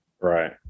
Right